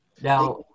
Now